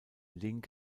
link